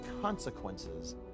consequences